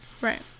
Right